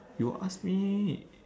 you ask me